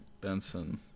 Benson